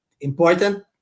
important